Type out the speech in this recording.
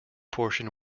portion